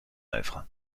œuvre